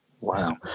Wow